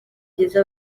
byiza